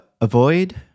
avoid